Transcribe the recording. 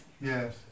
Yes